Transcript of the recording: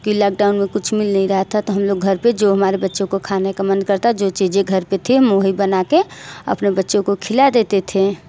lockdown में कुछ मिल नहीं रहा था तो हम लोग जो हमारे बच्चों को खाने का मन करता जो चीज़े घर पर थी हम वही बना कर अपने बच्चों को खिला देते थे